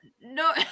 no